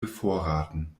bevorraten